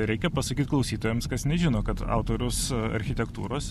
reikia pasakyt klausytojams kas nežino kad autorius architektūros